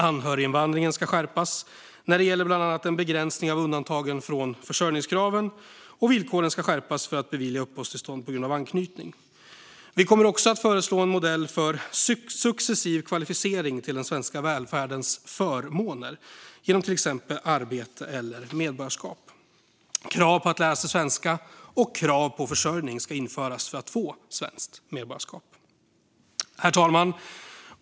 Anhöriginvandringen ska skärpas när det gäller bland annat en begränsning av undantagen från försörjningskraven, och villkoren ska skärpas för att bevilja uppehållstillstånd på grund av anknytning. Vi kommer också att föreslå en modell för successiv kvalificering till den svenska välfärdens förmåner genom till exempel arbete eller medborgarskap. Krav på att lära sig svenska och krav på försörjning ska införas för att få svenskt medborgarskap. Herr talman!